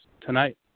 tonight